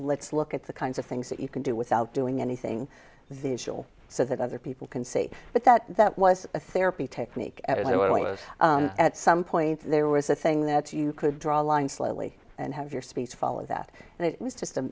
let's look at the kinds of things that you can do without doing anything visual so that other people can say but that that was a therapy technique and it was at some point there was a thing that you could draw a line slowly and have your speech follow that and it was just a